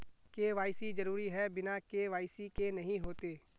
KYC जरुरी है बिना के.वाई.सी के नहीं होते?